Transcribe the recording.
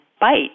bite